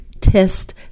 test